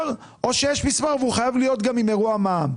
או שיש מספר והוא חייב להיות גם עם אירוע מע"מ.